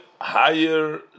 higher